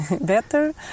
better